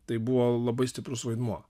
tai buvo labai stiprus vaidmuo